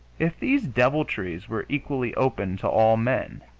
if these deviltries were equally open to all men,